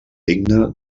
digna